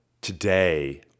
Today